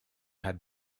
had